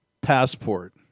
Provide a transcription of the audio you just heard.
passport